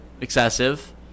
excessive